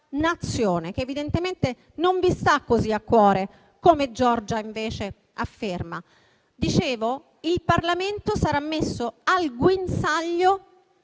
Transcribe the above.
Nazione, che evidentemente non vi sta così a cuore come Giorgia invece afferma. Come dicevo, il Parlamento sarà messo al guinzaglio